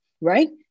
right